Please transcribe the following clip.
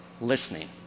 listening